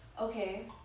okay